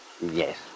Yes